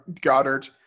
Goddard